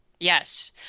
Yes